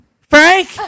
Frank